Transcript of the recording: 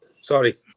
Sorry